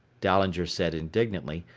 dahlinger said indignantly,